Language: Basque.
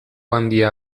handia